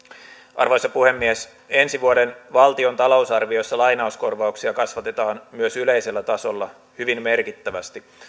arvoisa puhemies ensi vuoden valtion talousarviossa lainauskorvauksia kasvatetaan myös yleisellä tasolla hyvin merkittävästi